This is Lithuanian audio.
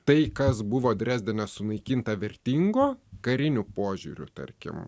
tai kas buvo drezdene sunaikinta vertingo kariniu požiūriu tarkim